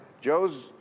Joe's